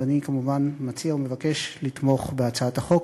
אז אני כמובן מציע ומבקש לתמוך בהצעת החוק.